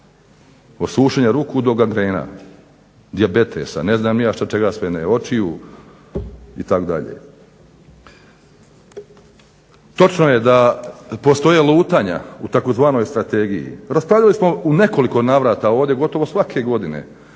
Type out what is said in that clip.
sušenja ruku do gangrena, dijabetesa, ne znam ni ja čega sve ne, očiju itd. Točno je da postoje lutanja u tzv. strategiji. Raspravljali smo u nekoliko navrata ovdje gotovo svake godine